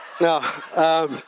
No